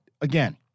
again